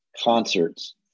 concerts